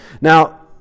Now